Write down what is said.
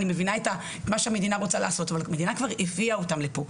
אני מבינה את מה שהמדינה רוצה לעשות אבל המדינה כבר הביאה אותם לכאן,